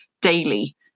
daily